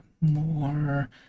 more